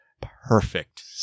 perfect